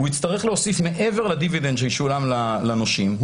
מעבר לדיבידנד שישולם לנושים,